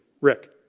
Rick